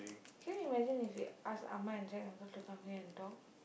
can you imaging if they ask Amma and Jack uncle to come here and talk